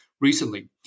recently